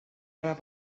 llega